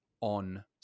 on